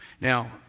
Now